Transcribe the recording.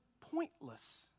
pointless